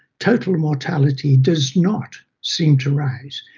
total mortality does not seem to rise.